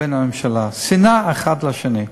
בין הממשלה: שנאה אחד לשני.